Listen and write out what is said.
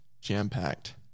jam-packed